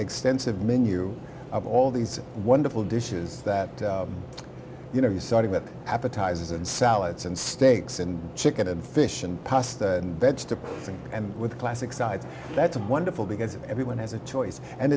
extensive menu of all these wonderful dishes that you know you sort of get appetizers and salads and steaks and chicken and fish and pasta and vegetables and with classic sides that's wonderful because everyone has a choice and